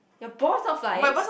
your ball is not flying